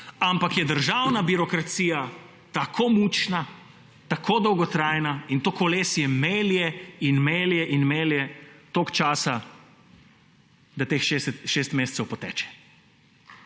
ampak je državna birokracija tako mučna, tako dolgotrajna, to kolesje melje in melje in melje toliko časa, da teh 6 mesecev poteče.